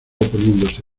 poniéndose